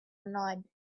nod